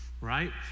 right